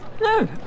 No